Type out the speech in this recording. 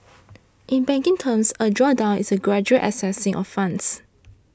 in banking terms a drawdown is a gradual accessing of funds